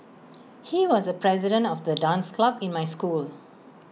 he was the president of the dance club in my school